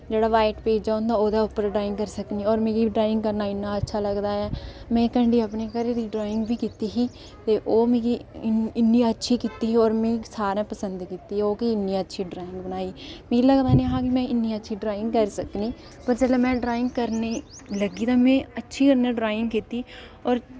जेह्ड़ा white page हुदां ओह्दे उप्पर ड्राइंग करी सकनी होर मिगी अच्छा लगदा इक बारी में अपने घरै दी ड्राइंग बी कीती ही ते ओह् में इ'न्नी अच्छी कीती ही ते ओह् सारें गी बड़ी पसदं आई ही मिगी लगदा नेहा कि अ'ऊं इ'न्नी शैल ड्राइंग करी सकनी आं पर जिसलै में ड्राइंग करन लगी तां अच्छी ड्राइंग कीती